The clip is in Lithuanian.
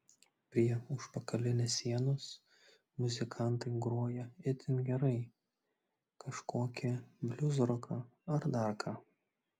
prie užpakalinės sienos muzikantai groja itin gerai kažkokį bliuzroką ar dar ką